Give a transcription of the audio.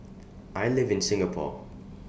I live in Singapore